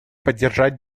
поддержать